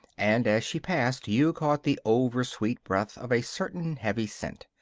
and as she passed you caught the oversweet breath of a certain heavy scent.